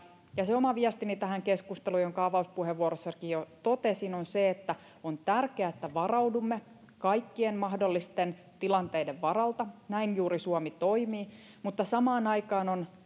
ja se oma viestini tähän keskusteluun jonka avauspuheenvuorossakin jo totesin on se että on tärkeää että varaudumme kaikkien mahdollisten tilanteiden varalta näin juuri suomi toimii mutta samaan aikaan on